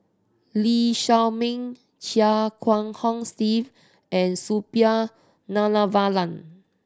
Lee Shao Meng Chia Kiah Hong Steve and Suppiah Dhanabalan